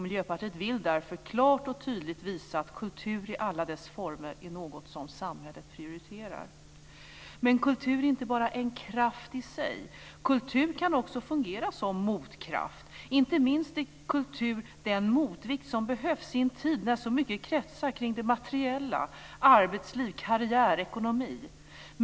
Miljöpartiet vill därför klart och tydligt visa att kultur i alla dess former är något som samhället prioriterar. Men kultur är inte bara en kraft i sig - kultur kan också fungera som motkraft. Inte minst är kultur den motvikt som behövs i en tid när så mycket kretsar kring det materiella; arbetsliv, karriär och ekonomi.